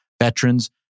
veterans